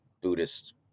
Buddhist